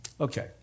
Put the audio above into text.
Okay